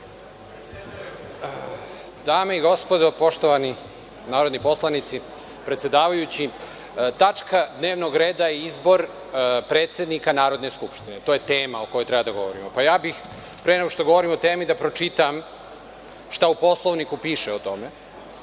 Dame i gospodo, poštovani narodni poslanici, predsedavajući, tačka dnevnog reda je izbor predsednika Narodne skupštine, to je tema o kojoj treba da govorimo. Ja bih pre nego što govorimo o temi da pročitam šta u Poslovniku piše o